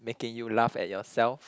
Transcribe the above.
making you laugh at yourself